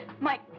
Mike